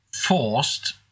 forced